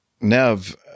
Nev